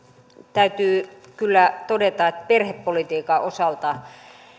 täytyy kyllä todeta että perhepolitiikan osalta